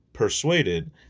Persuaded